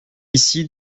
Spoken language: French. ici